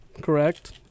correct